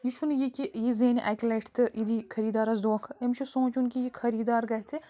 یہِ چھُنہٕ یہِ کہِ یہِ زینہِ اَکہِ لَٹہِ تہٕ یہِ دی خٔری دارس دوکھٕ أمِس چھُ سونٛچُن کہ یہِ خٔری دار گَژھِ